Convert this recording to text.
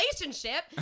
relationship